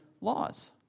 laws